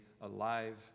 alive